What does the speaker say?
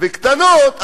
בקטנות,